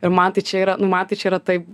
ir man tai čia yra nu man tai čia yra taip